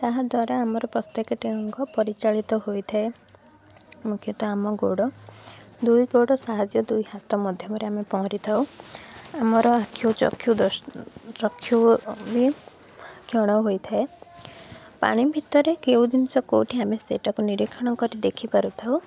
ତାହା ଦ୍ୱାରା ଆମର ପ୍ରତ୍ୟେକଟି ଅଙ୍ଗ ପରିଚାଳିତ ହୋଇଥାଏ ମୁଖ୍ୟତଃ ଆମ ଗୋଡ଼ ଦୁଇ ଗୋଡ଼ ସାହାଯ୍ୟ ଦୁଇ ହାତ ମାଧ୍ୟମରେ ଆମେ ପହଁରିଥାଉ ଆମର ଆଖି ଚକ୍ଷୁ ଚକ୍ଷୁ ବି କ୍ଷଣ ହୋଇଥାଏ ପାଣି ଭିତରେ କେଉଁ ଜିନିଷ କେଉଁଠି ଆମେ ସେଇଟାକୁ ନିରୀକ୍ଷଣ କରି ଦେଖି ପାରିଥାଉ